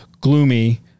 gloomy